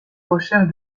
recherche